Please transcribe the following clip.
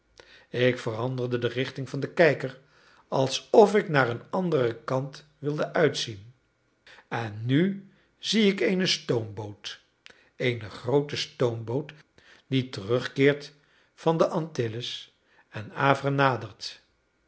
ik veranderde de richting van den kijker alsof ik naar een anderen kant wilde uitzien en nu zie ik eene stoomboot eene groote stoomboot die terugkeert van de antilles en hâvre nadert